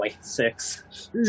six